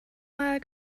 mal